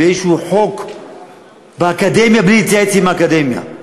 באיזה חוק על האקדמיה לקבוע בלי להתייעץ עם האקדמיה,